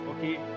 okay